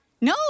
No